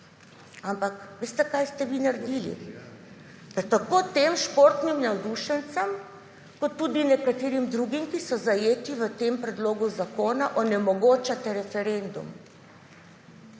Ampak veste kaj ste vi naredili? Tako tem športnim navdušencem kot tudi nekaterim drugim, ki so zajeti v tem predlogu zakona onemogočate referendum.